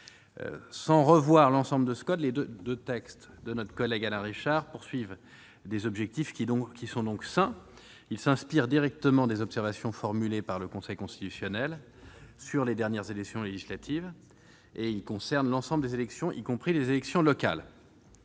Sans revoir l'ensemble de ce code, les deux textes de notre collègue Alain Richard ont des objectifs sains. Ils s'inspirent directement des observations formulées par le Conseil constitutionnel sur les dernières élections législatives. Toutefois, ils concernent l'ensemble des élections, y compris les élections locales.